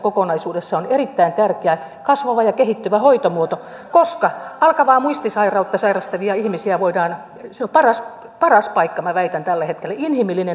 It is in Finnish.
julkisen sektorin sopeuttamistoimet vähentävät opetus ja kehittyvä hoitomuoto koska alkavaa muistisairautta sairastavia ihmisiä voidaan sen paras paras paikka kulttuuriministeriön hallinnonalan resursseja merkittävästi